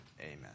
Amen